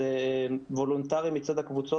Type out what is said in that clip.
אלא זה וולונטרי מצד הקבוצות.